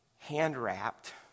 hand-wrapped